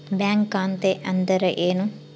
Bank ಖಾತೆ ಅಂದರೆ ಏನು?